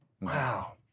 Wow